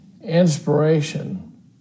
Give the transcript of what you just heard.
inspiration